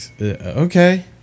okay